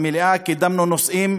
במליאה, וקידמנו נושאים.